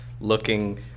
looking